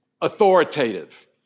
authoritative